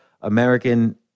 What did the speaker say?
American